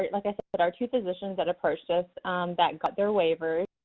like i said, our two physicians that approached us that got their waivers,